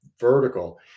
vertical